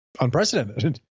unprecedented